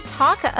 talk